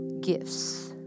gifts